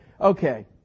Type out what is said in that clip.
Okay